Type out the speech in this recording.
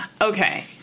Okay